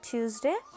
Tuesday